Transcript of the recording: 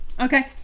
Okay